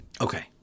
Okay